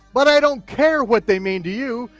but i don't care what they mean to you,